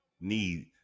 need